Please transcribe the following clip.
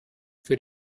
für